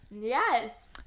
Yes